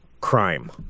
Crime